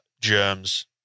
germs